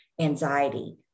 anxiety